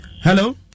Hello